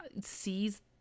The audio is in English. sees